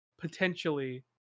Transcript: potentially